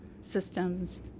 systems